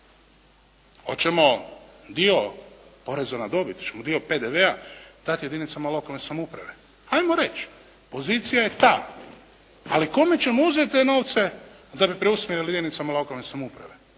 Hoćemo dio poreza na dobit, hoćemo dio PDV-a dati jedinicama lokalne samouprave? Ajmo reći: pozicija je ta. Ali kome ćemo uzeti te novce da bi preusmjerili jedinicama lokalne samouprave.